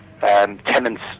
tenants